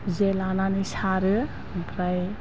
जे लानानै सारो ओमफ्राय